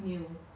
oh ya